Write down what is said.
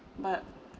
but